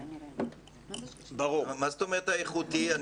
מה זאת אומרת האיכותי?